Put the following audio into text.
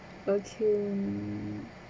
okay